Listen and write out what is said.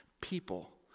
People